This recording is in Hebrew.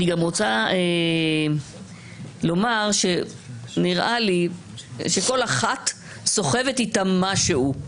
אני רוצה לומר שנראה לי שכל אחת סוחבת איתה משהו.